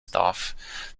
staff